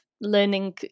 learning